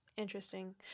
Interesting